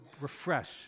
refresh